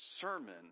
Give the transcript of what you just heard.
sermon